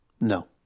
No